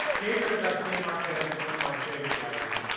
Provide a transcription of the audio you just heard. gabriel garcia marquez is one of my favorite writers,